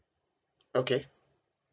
okay